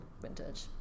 vintage